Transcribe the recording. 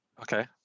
Okay